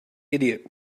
idiot